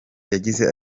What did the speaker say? yagize